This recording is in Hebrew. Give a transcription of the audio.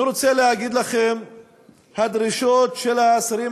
אני רוצה להגיד לכם שהדרישות של האסירים